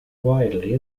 widely